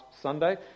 Sunday